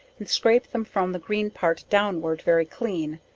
and scrape them from the green part downward very clean,